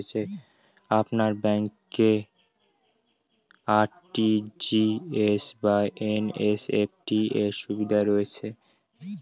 আপনার ব্যাংকে আর.টি.জি.এস বা এন.ই.এফ.টি র সুবিধা রয়েছে?